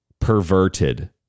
perverted